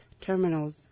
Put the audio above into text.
Terminals